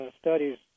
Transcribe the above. studies